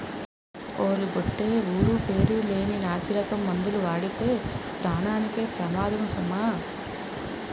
ఓలి బొట్టే ఊరు పేరు లేని నాసిరకం మందులు వాడితే పేనానికే పెమాదము సుమా